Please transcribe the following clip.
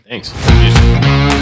Thanks